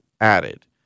added